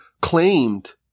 claimed